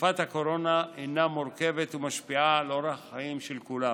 תקופת הקורונה הינה מורכבת ומשפיעה על אורח החיים של כולם.